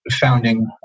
founding